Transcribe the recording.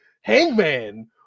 Hangman